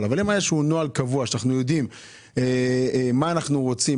אבל אם היה איזשהו נוהל קבוע שאנחנו יודעים מה אנחנו רוצים,